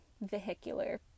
vehicular